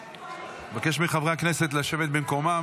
אבקש מחברי הכנסת לשבת במקומם.